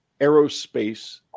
aerospace